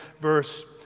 verse